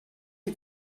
you